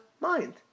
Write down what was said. mind